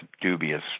dubious